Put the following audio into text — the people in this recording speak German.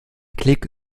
klick